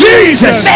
Jesus